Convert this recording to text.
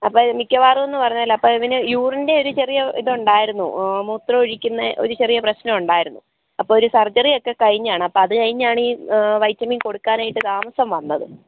അപ്പോൾ മിക്ക്യവാറുമെന്ന് പറഞ്ഞാൽ അപ്പം ഇവന് യൂറിൻ്റെ ഒരു ചെറിയ ഒരു ഇതുണ്ടായിരുന്നു മൂത്രമൊഴിക്കുന്ന ഒരു ചെറിയ പ്രശ്നമുണ്ടായിരുന്നു അപ്പോൾ ഒരു സർജറിയൊക്കെ കയിഞ്ഞാണ് അപ്പം അതുകയിഞ്ഞാണി വൈറ്റമിൻ കൊടുക്കാനായിട്ട് താമസം വന്നത്